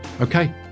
Okay